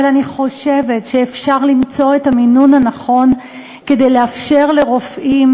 אבל אני חושבת שאפשר למצוא את המינון הנכון כדי לאפשר לרופאים,